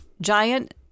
giant